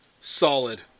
solid